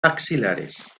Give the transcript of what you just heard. axilares